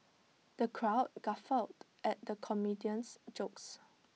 the crowd guffawed at the comedian's jokes